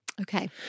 Okay